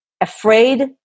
afraid